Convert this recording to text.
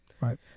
right